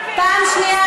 פעם שנייה.